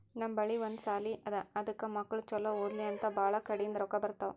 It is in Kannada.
ನಮ್ ಬಲ್ಲಿ ಒಂದ್ ಸಾಲಿ ಅದಾ ಅದಕ್ ಮಕ್ಕುಳ್ ಛಲೋ ಓದ್ಲಿ ಅಂತ್ ಭಾಳ ಕಡಿಂದ್ ರೊಕ್ಕಾ ಬರ್ತಾವ್